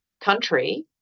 country